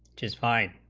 just five